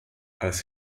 als